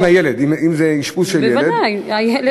אם זה אשפוז של ילד,